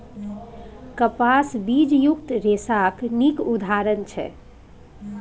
कपास बीजयुक्त रेशाक नीक उदाहरण छै